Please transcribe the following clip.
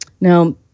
Now